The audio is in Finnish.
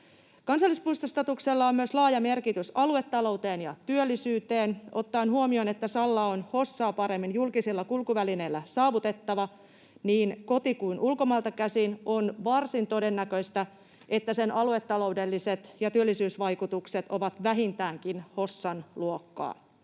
Kansallispuistostatuksella on myös laaja merkitys aluetalouteen ja työllisyyteen. Ottaen huomioon, että Salla on Hossaa paremmin julkisilla kulkuvälineillä saavutettava niin kotimaasta kuin ulkomailta käsin, on varsin todennäköistä, että sen aluetaloudelliset ja työllisyysvaikutukset ovat vähintäänkin Hossan luokkaa.